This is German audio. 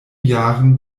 jahren